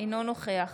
אינו נוכח